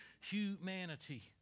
humanity